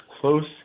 close